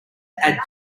add